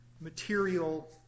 material